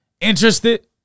interested